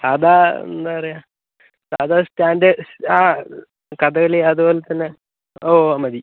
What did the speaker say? സാധാരണ എന്താപറയാ സാധാ സ്റ്റാൻ്റേ ആ കഥകളി അതുപോലെ തന്നെ ഓ ഓ മതി